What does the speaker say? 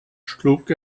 schlug